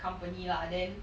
company lah then